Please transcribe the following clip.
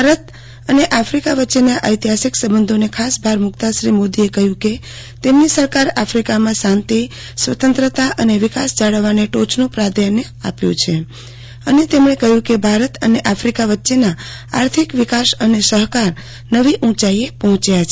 ભારત અને આફ્રિકા વચ્ચેના ઐતિહાસિક અને સંબંધોને ખાસ ભાર મુકતાં શ્રી મોદીએ કહ્યું કે તેમની સરકારે આક્ષિકામાં શાંતિ સ્વતંત્રતા અને વિકાસ જાળવવાને ટોચનું પ્રધાન્ય આપ્યું છે અને ભારત અને આફ્રિકા વચ્ચેના આર્થિક વિકાસ અને સહકાર નવી ઉંચાઇએ પહોંચ્યા છે